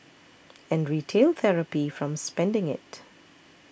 and retail therapy from spending it